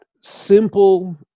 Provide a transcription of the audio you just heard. simple